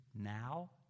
now